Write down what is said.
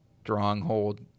Stronghold